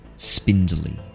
Spindly